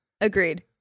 Agreed